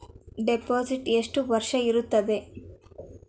Deposit ಎಷ್ಟು ವರ್ಷ ಇರುತ್ತದೆ?